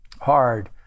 hard